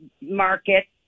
Market